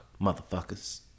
motherfuckers